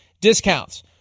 discounts